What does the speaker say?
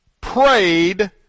prayed